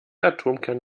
atomkerne